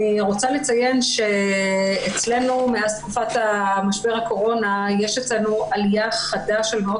אני רוצה לציין שאצלנו מאז תקופת משבר הקורונה יש עליה חדה של מאות